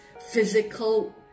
physical